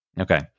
Okay